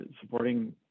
supporting